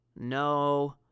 no